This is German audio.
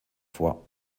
vor